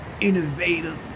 innovative